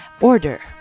order